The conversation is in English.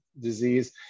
disease